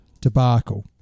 debacle